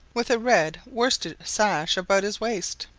with a red worsted sash about his waist.